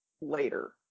later